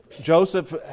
Joseph